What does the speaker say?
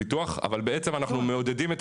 כי אי אפשר בלי מספר זהות.